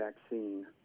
vaccine